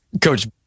Coach